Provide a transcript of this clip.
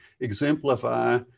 exemplify